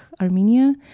Armenia